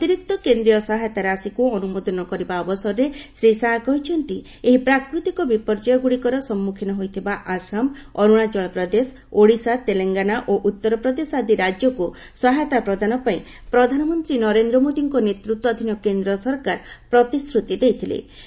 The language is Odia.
ଏହି ଅତିରିକ୍ତ କେନ୍ଦ୍ରୀୟ ସହାୟତା ରାଶିକୁ ଅନୁମୋଦନ କରିବା ଅବସରରେ ଶ୍ରୀ ଶାହା କହିଛନ୍ତି ଏହି ପ୍ରାକୃତିକ ବିପର୍ଯ୍ୟୟଗୁଡ଼ିକର ସମ୍ମୁଖୀନ ହୋଇଥିବା ଆସାମ ଅରୁଣାଚଳପ୍ରଦେଶ ଓଡ଼ିଶା ତେଲଙ୍ଗାନା ଓ ଉଉରପ୍ରଦେଶ ଆଦି ରାଜ୍ୟକୁ ସହାୟତା ପ୍ରଦାନ ପାଇଁ ପ୍ରଧାନମନ୍ତ୍ରୀ ନରେନ୍ଦ୍ର ମୋଦୀଙ୍କ ନେତୃତ୍ୱାଧୀନ କେନ୍ଦ୍ର ସରକାର ପ୍ରତିଶ୍ରତି ଦେଇଥିଲେ